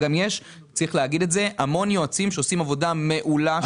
גם יש המון יועצים שעושים עבודה מעולה.